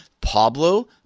Pablo